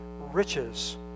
riches